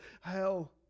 hell